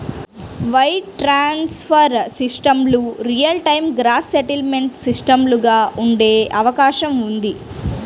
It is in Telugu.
వైర్ ట్రాన్స్ఫర్ సిస్టమ్లు రియల్ టైమ్ గ్రాస్ సెటిల్మెంట్ సిస్టమ్లుగా ఉండే అవకాశం ఉంది